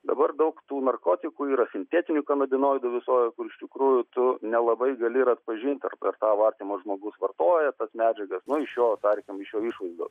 dabar daug tų narkotikų yra sintetinių kanabinoidų visokių kur tu iš tikrųjų nelabai gali ir atpažinti ar tas tavo artimas žmogus vartoja tas medžiagas nu iš jo tarkim iš jo išvaizdos